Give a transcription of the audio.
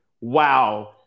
Wow